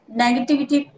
negativity